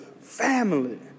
family